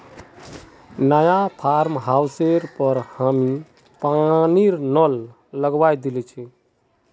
नया फार्म हाउसेर पर हामी पानीर नल लगवइ दिल छि